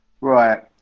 Right